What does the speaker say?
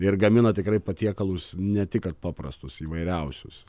ir gamina tikrai patiekalus ne tik kad paprastus įvairiausius